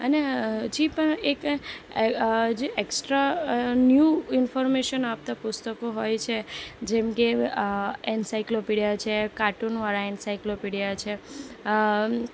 અને હજી પણ એક જે એક્સટ્રા ન્યૂ ઇન્ફર્મેશન આપતાં પુસ્તકો હોય છે જેમ કે એન્સાઇક્લોપીડિયા છે કાર્ટૂનવાળા એન્સાઇક્લોપીડિયા છે